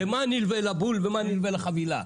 זה מה שנלווה לבול ומה שנלווה לחבילה.